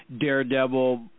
Daredevil